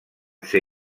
ser